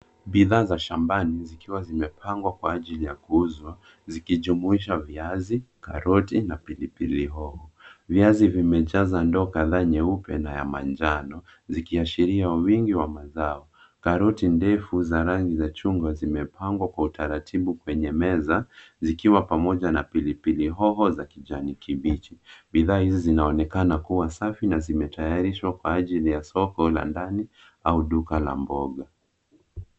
Bidhaa za shamabani zikiwa zimepangwa kwa ajili ya kuuzwa zikijumuisha viazi, karoti na pilipili hoho. Viazi vimejaza ndoo kadhaa nyeupe na ya manjano zikiashiria uwingi wa mazao. Karoti ndefu za rangi za chungwa zimepangwa kwa utaratibu kwenye meza zikiwa pamoja na pilipili hoho za kijani kibichi. Bidhaa hizi zinaonekana kuwa safi na zimetayarishwa kwa ajili ya soko la ndani au duka la mboga.